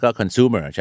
consumer